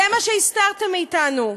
זה מה שהסתרתם מאתנו.